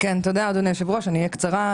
תודה אדוני היושב ראש, אני אהיה קצרה.